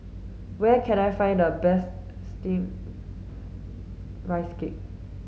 where can I find the best steamed rice cake